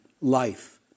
life